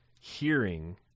hearing